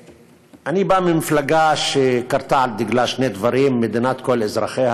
אני בא ממפלגה שחרתה על דגלה שני דברים: מדינת כל אזרחיה,